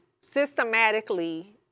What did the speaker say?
systematically